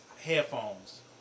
headphones